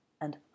and